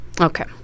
Okay